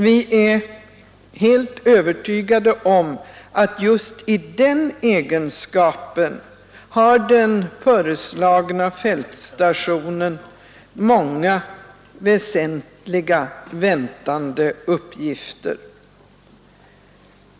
Vi är helt övertygade om att just i den egenskapen har den föreslagna fältstationen många väsentliga väntande uppgifter.